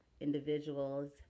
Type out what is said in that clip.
individuals